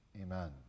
amen